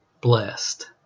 blessed